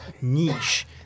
niche